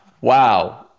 Wow